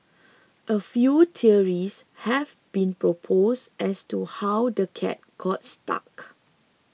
a few theories have been proposed as to how the cat got stuck